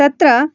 तत्र